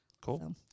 Cool